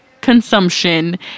consumption